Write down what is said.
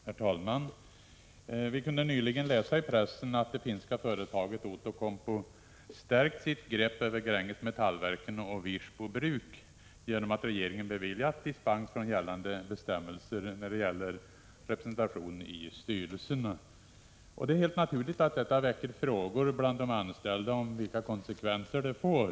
Herr talman! Vi kunde nyligen läsa i pressen att det finska företaget 23 oktober 1986 Outokumpu stärkt sitt grepp över Gränges Metallverken och Wirsbo Bruk genom att regeringen beviljat dispens från gällande bestämmelser när det gäller representation i styrelserna. Det är helt naturligt att detta väcker frågor bland de anställda. Man undrar vilka konsekvenser detta får.